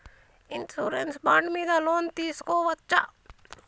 Insurance bond మీద loan తీస్కొవచ్చా?